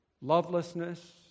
lovelessness